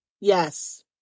Yes